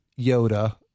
Yoda